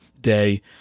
day